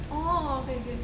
orh okay okay